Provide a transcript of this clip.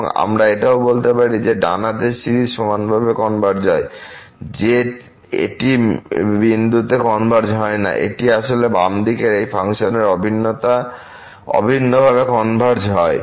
এবং আমরা এটাও বলতে পারি যে ডান হাতের সিরিজ সমানভাবে কনভারজ হয় যে এটি বিন্দুতে কনভারজ হয় না এটি আসলে বাম দিকের এই ফাংশনে অভিন্নভাবে কনভারজ হয়